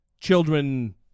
children